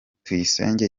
tuyisenge